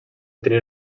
tenir